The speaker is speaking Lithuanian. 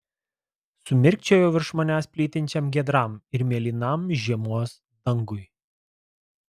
sumirkčiojau virš manęs plytinčiam giedram ir mėlynam žiemos dangui